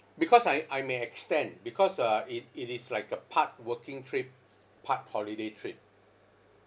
because I I may extend because uh it it is like a part working trip part holiday trip